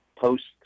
posts